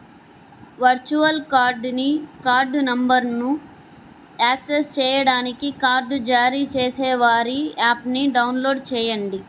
virtual కార్డ్ని card నంబర్ను access చేయడానికి కార్డ్ జారీ చేసేవారి యాప్ని డౌన్లోడ్ చేయండి